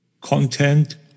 content